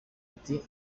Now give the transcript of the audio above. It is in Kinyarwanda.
ati